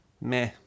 meh